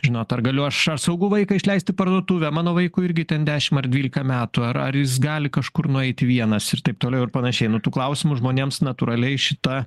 žinot ar galiu aš ar saugu vaiką išleist į parduotuvę mano vaikui irgi ten dešimt ar dvylika metų ar ar jis gali kažkur nueiti vienas ir taip toliau ir panašiai nu tų klausimų žmonėms natūraliai šita